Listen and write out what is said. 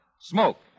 Smoke